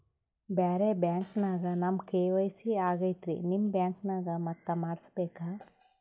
ಬ್ಯಾರೆ ಬ್ಯಾಂಕ ನ್ಯಾಗ ನಮ್ ಕೆ.ವೈ.ಸಿ ಆಗೈತ್ರಿ ನಿಮ್ ಬ್ಯಾಂಕನಾಗ ಮತ್ತ ಮಾಡಸ್ ಬೇಕ?